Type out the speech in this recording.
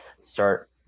start